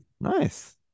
Nice